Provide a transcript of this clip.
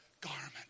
garment